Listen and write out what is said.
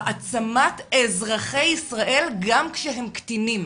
להעצמת אזרחי ישראל גם כשהם קטינים,